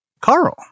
Carl